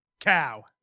cow